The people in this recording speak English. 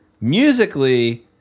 Musically